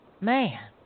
Man